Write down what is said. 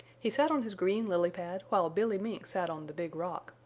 he sat on his green lily-pad while billy mink sat on the big rock,